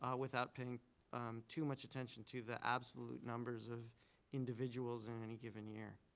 ah without paying too much attention to the absolute numbers of individuals in any given year.